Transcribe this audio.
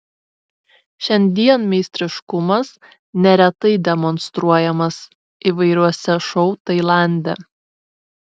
šiandien meistriškumas neretai demonstruojamas įvairiuose šou tailande